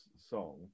song